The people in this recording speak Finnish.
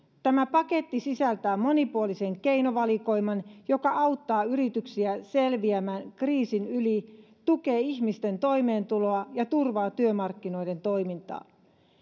tämä paketti sisältää monipuolisen keinovalikoiman joka auttaa yrityksiä selviämään kriisin yli tukee ihmisten toimeentuloa ja turvaa työmarkkinoiden toimintaa